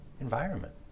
environment